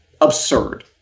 absurd